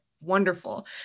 wonderful